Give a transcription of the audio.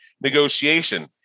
negotiation